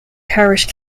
parish